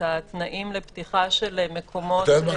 את התנאים לפתיחת מקומות.